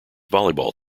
volleyball